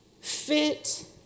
fit